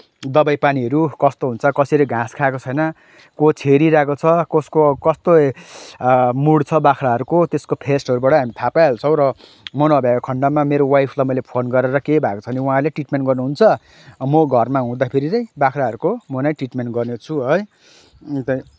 दवाई पानीहरू कस्तो हुन्छ कसरी घाँस खाएको छैन को छेरिरहेको छ कसको कस्तो मुड छ बाख्राहरूको त्यसको फेसहरूबाट हामीले थाहा पाइहाल्छौँ र म नभ्याएको खन्डमा मेरो वाइफलाई मैले फोन गरेर केही भएको छ भने उहाँले ट्रिटमेन्ट गर्नुहुन्छ म घरमा हुँदाखेरि चाहिँ बाख्राहरूको म नै ट्रिटमेन्ट गर्नेछु है अन्त